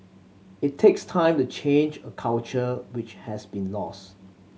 it takes time to change a culture which has been lost